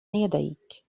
يديك